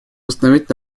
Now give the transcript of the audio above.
восстановить